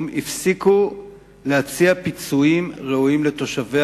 הפסיקו להציע פיצויים ראויים לתושבים,